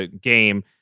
game